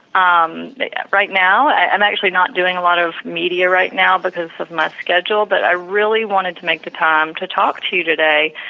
um yeah right now i'm actually not doing a lot of media right now because of my schedule, but i really wanted to make the time to talk to you today,